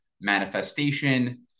manifestation